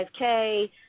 5K